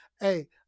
Hey